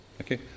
okay